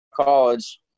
college